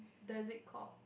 does it call